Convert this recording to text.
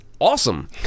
awesome